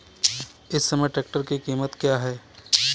इस समय ट्रैक्टर की कीमत क्या है?